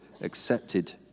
accepted